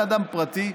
ואדם פרטי,